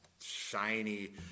shiny